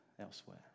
elsewhere